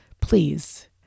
please